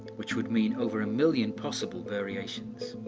which would mean over a million possible variations.